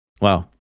Wow